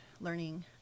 learning